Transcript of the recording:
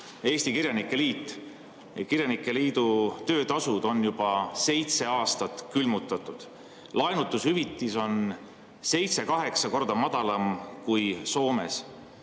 Eesti Kirjanike Liit. Kirjanike liidu töötasud on juba seitse aastat külmutatud, laenutushüvitis on seitse-kaheksa korda madalam kui Soomes.